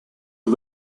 and